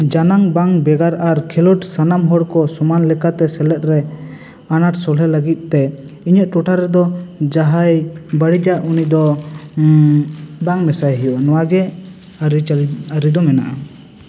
ᱡᱟᱱᱟᱝ ᱵᱟᱝ ᱵᱮᱜᱟᱨ ᱟᱨ ᱠᱷᱮᱞᱳᱰ ᱥᱟᱱᱟᱢ ᱦᱚᱲ ᱠᱚ ᱥᱚᱢᱟᱱ ᱞᱮᱠᱟᱛᱮ ᱥᱮᱞᱮᱫ ᱨᱮ ᱟᱱᱟᱴ ᱥᱚᱞᱦᱮ ᱞᱟᱹᱜᱤᱫ ᱛᱮ ᱤᱧᱟᱹᱜ ᱴᱚᱴᱷᱟ ᱨᱮᱫᱚ ᱡᱟᱦᱟᱸᱭ ᱵᱟᱹᱲᱤᱡᱟ ᱩᱱᱤ ᱫᱚ ᱵᱟᱝ ᱢᱮᱥᱟᱭ ᱦᱩᱭᱩᱜᱼᱟ ᱱᱚᱣᱟ ᱜᱮ ᱟᱹᱨᱤ ᱪᱟᱹᱞᱤ ᱟᱹᱨᱤ ᱫᱚ ᱢᱮᱱᱟᱜᱼᱟ